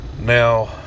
Now